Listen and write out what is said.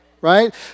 right